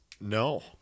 No